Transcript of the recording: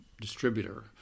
distributor